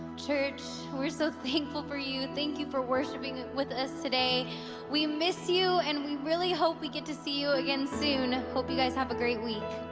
church we're so thankful for you. thank you for worshiping with us today we miss you, and we really hope we get to see you again soon. hope you guys have a great week